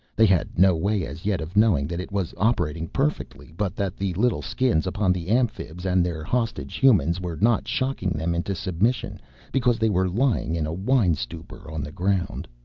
they had no way as yet of knowing that it was operating perfectly but that the little skins upon the amphibs and their hostage humans were not shocking them into submission because they were lying in a wine-stupor on the ground.